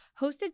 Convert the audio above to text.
hosted